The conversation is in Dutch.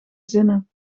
zinnen